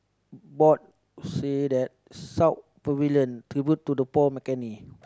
board say that South Pavilion